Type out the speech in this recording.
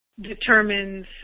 determines